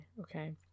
okay